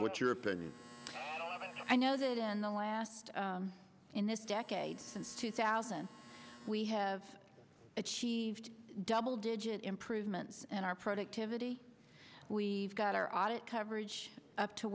what's your opinion on it i know that in the last in this decade since two thousand we have achieved double digit improvements in our productivity we got our audit coverage up to